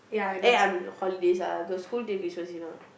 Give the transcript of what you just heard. eh I'm holidays lah got school